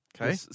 Okay